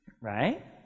right